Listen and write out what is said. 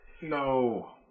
No